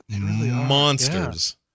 Monsters